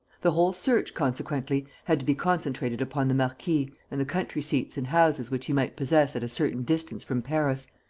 the whole search, consequently, had to be concentrated upon the marquis and the country-seats and houses which he might possess at a certain distance from paris,